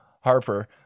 Harper